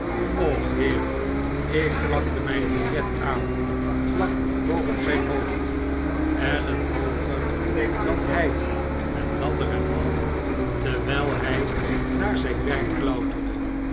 och heer ik plakte mijn biljet aan vlak boven zgn hoofd ellen hooger dan hg met ladder en al terwgl hg naar zgn wer k klauterde